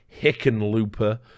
Hickenlooper